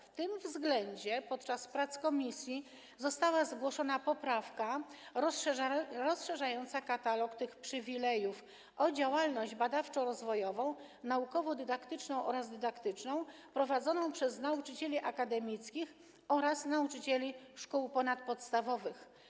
W tym względzie podczas prac komisji została zgłoszona poprawka rozszerzająca katalog tych przywilejów o działalność badawczo-rozwojową, naukowo-dydaktyczną oraz dydaktyczną prowadzoną przez nauczycieli akademickich oraz nauczycieli szkół ponadpodstawowych.